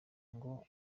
ngo